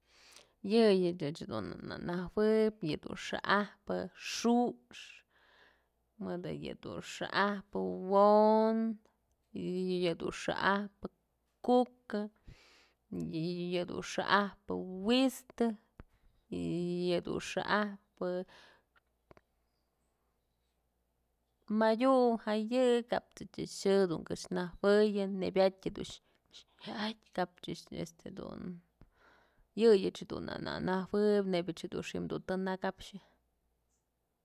Yëyëch ëch dun na najuëb yëdun xa'axpë xu'ux, mëdë yëdun xa'ajpë wo'on, yëdun xa'ajpë kuka, yëdun xa'ajpë wistë, yëdun xa'axpë, madyu ja'a yë kap sëch xë dun këx nëjuëyë nebyat dun xa'atyë kap ëch este dun yëyëch ëch dun na najuëb.